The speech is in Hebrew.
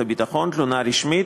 למועצת הביטחון, תלונה רשמית,